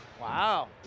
Wow